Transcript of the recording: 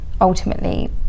ultimately